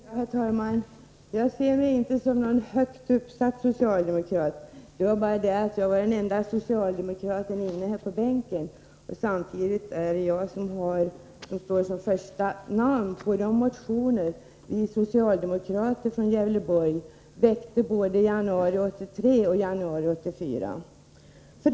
Herr talman! Jag ser mig inte som någon högt uppsatt socialdemokrat. Jag var bara den enda socialdemokraten på Gävleborgsbänken vid det aktuella tillfället. Samtidigt är det jag som står som första namn på de motioner vi socialdemokrater från Gävleborgs län väckte både i januari 1983 och i januari 1984.